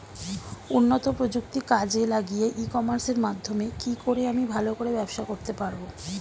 উন্নত প্রযুক্তি কাজে লাগিয়ে ই কমার্সের মাধ্যমে কি করে আমি ভালো করে ব্যবসা করতে পারব?